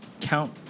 Count